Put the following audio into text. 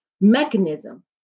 mechanism